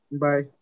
Bye